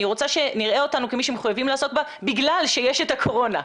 אני רוצה שנראה אותנו כמי שמחויבים לעסוק בה בגלל שיש את הקורונה.